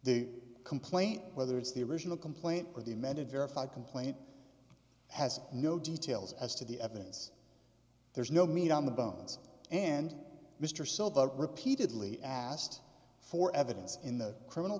the complaint whether it's the original complaint or the amended verified complaint has no details as to the evidence there's no meat on the bones and mr silva repeatedly asked for evidence in the criminal